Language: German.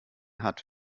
hat